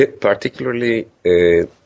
Particularly